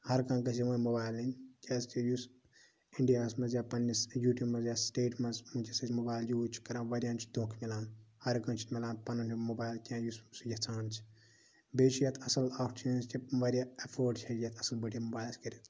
ہر کانٛہہ گَژھِ یوٚہے موبایِل نِیُن کیٛازِکہِ یُس اِنڈیاہَس مَنٛز یا پَنٕنِس یوٗ ٹی یا سِٹیٹ مَنٛز وُنکیٚس أسۍ موبایل یوٗز چھِ کَران واریاہَن چھِ تِم دۅکھٕ میلان ہر کٲنٛسہِ چھُ میلان پَنُن یہِ موبایل یا یُس سُہ یَژھان چھُ بیٚیہِ چھُ یتھ اَصٕل اکھ چیٖز کہِ واریاہ ایفٚٲرٹ چھِ یتھ اَصٕل پٲٹھۍ یَِم بٔڈِس کٔرِتھ